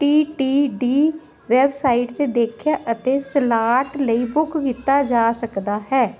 T T D website 'ਤੇ ਦੇਖਿਆ ਅਤੇ ਸਲਾਟ ਲਈ ਬੁੱਕ ਕੀਤਾ ਜਾ ਸਕਦਾ ਹੈ